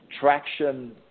traction